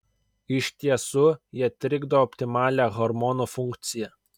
iš tiesų jie trikdo optimalią hormonų funkciją